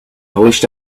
wished